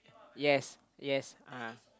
yes yes (uh huh)